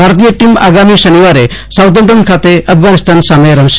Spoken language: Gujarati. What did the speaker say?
ભારતીય ટીમ આગામી શનિવારે સાઉધમટન ખાતે અફઘાનિસ્તાન સામે મેચ રમશે